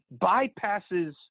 bypasses